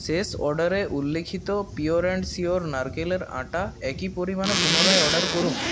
শেষ অর্ডারে উল্লিখিত পিওর অ্যান্ড শিওর নারকেলের আটা একই পরিমাণে পুনরায় অর্ডার করুন